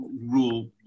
rule